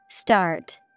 Start